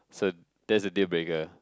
so that's the deal breaker